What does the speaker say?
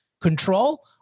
Control